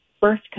birth